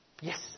Yes